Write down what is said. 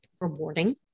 rewarding